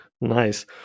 Nice